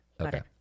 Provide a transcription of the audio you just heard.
okay